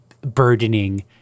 burdening